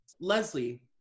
Leslie